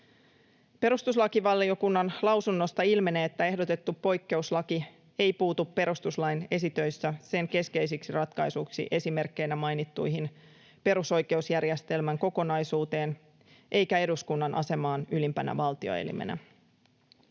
Perustuslakivaliokunnan lausunnosta ilmenee, että ehdotettu poikkeuslaki ei puutu perustuslain esitöissä sen keskeisiksi ratkaisuiksi esimerkkeinä mainittuihin perusoikeusjärjestelmän kokonaisuuteen eikä eduskunnan asemaan ylimpänä valtioelimenä.